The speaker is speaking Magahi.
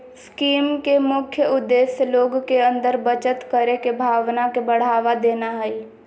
स्कीम के मुख्य उद्देश्य लोग के अंदर बचत करे के भावना के बढ़ावा देना हइ